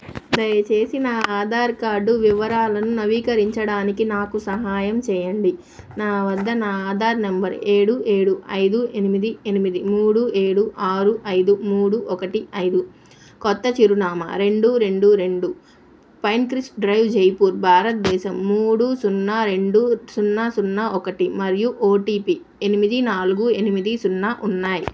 దయచేసి నా ఆధార్ కార్డు వివరాలను నవీకరించడానికి నాకు సహాయం చేయండి నా వద్ద నా ఆధార్ నంబరు ఏడు ఏడు ఐదు ఎనిమిది ఎనిమిది మూడు ఏడు ఆరు ఐదు మూడు ఒకటి ఐదు క్రొత్త చిరునామా రెండు రెండు రెండు పైన్ క్రెస్ట్ డ్రైవ్ జైపూర్ భారతదేశం మూడు సున్నా రెండు సున్నా సున్నా ఒకటి మరియు ఓటీపీ ఎనిమిది నాలుగు ఎనిమిది సున్నా ఉన్నాయి